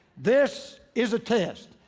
this is a test.